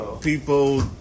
people